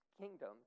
kingdom